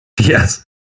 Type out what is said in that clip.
Yes